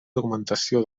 documentació